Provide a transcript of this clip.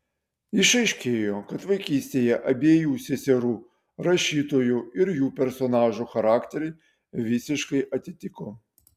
išaiškėjo kad vaikystėje abiejų seserų rašytojų ir jų personažų charakteriai visiškai atitiko